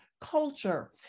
culture